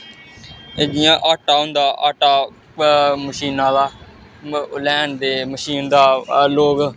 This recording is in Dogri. जि'यां आटा होंदा आटा उ'ऐ मशीना दा लैंदे मशीन दा लोग